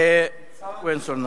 אין נדל"ן.